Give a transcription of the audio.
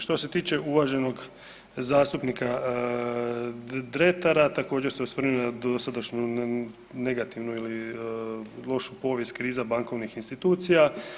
Što se tiče uvaženog zastupnika Dretara također se osvrnuo na dosadašnju negativnu ili lošu povijest kriza bankovnih institucija.